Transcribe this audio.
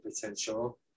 potential